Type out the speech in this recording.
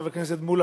חבר הכנסת מולה,